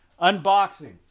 Unboxing